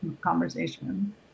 conversation